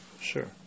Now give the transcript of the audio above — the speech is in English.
Sure